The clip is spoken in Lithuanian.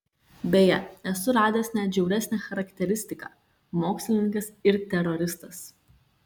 beje esu radęs net žiauresnę charakteristiką mokslininkas ir teroristas